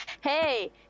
Hey